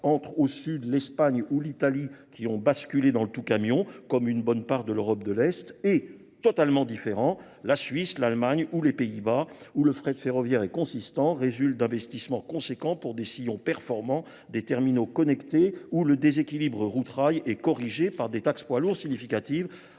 entre au sud l'Espagne ou l'Italie qui ont basculé dans le tout camion, comme une bonne part de l'Europe de l'Est, et totalement différent. La Suisse, l'Allemagne ou les Pays-Bas, où le frais de ferroviaire est consistant, résulte d'investissements conséquents pour des sillons performants, des terminaux connectés, où le déséquilibre routeraille est corrigé par des taxes poids lourds significatives,